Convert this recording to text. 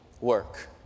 work